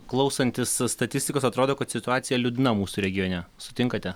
klausantis statistikos atrodo kad situacija liūdna mūsų regione sutinkate